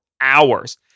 hours